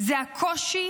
זה הקושי